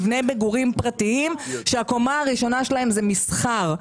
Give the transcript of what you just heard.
מבני מגורים פרטיים שהקומה הראשונה שלהם היא מסחר.